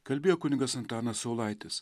kalbėjo kunigas antanas saulaitis